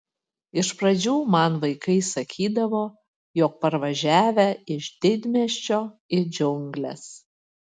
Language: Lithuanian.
iš pradžių man vaikai sakydavo jog parvažiavę iš didmiesčio į džiungles